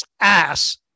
ass